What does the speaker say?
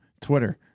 Twitter